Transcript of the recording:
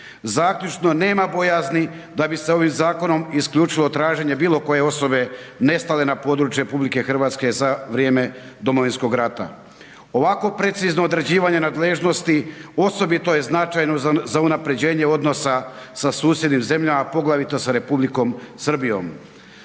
Zaključno nema bojazni da bi se ovim zakonom isključilo traženje bilo koje osobe nestale na području RH za vrijeme Domovinskog rata. Ovako precizno određivanje nadležnosti osobito je značajno za unapređenje odnosa sa susjednim zemljama, a poglavito sa Republikom Srbijom.